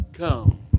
Come